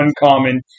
uncommon